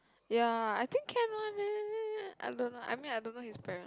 ya I think can one leh I don't know I mean I don't know his parents